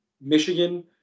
Michigan